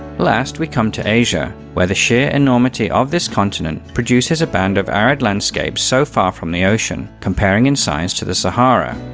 last we come to asia, where the sheer enormity of this continent produces a band of arid landscapes so far from the ocean, comparing in size to the sahara.